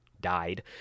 died